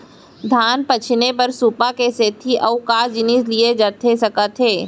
धान पछिने बर सुपा के सेती अऊ का जिनिस लिए जाथे सकत हे?